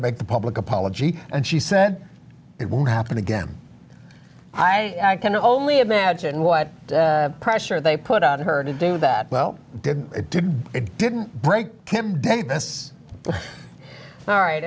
to make the public apology and she said it won't happen again i can only imagine what pressure they put on her to do that well did it did it didn't break kim this all right